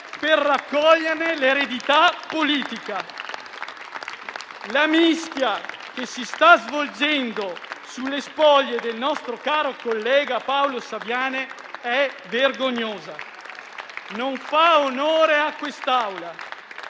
per raccoglierne l'eredità politica. La mischia che si sta svolgendo sulle spoglie del nostro caro collega Paolo Saviane è vergognosa e non fa onore a quest'Aula.